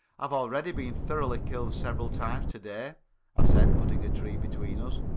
i've already been thoroughly killed several times to-day, i said, putting a tree between us,